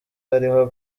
hariho